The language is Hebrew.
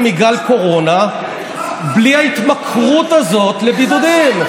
מגל קורונה בלי ההתמכרות הזאת לבידודים.